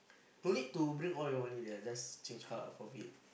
don't need to bring all your money lah just change half of it